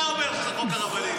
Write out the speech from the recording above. אתה אומר שזה חוק הרבנים.